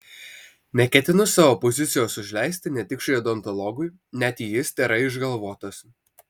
neketinu savo pozicijos užleisti netikšai odontologui net jei jis tėra išgalvotas